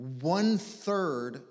one-third